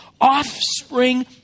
offspring